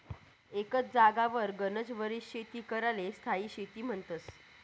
एकच जागावर गनच वरीस शेती कराले स्थायी शेती म्हन्तस